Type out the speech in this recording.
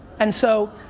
and so,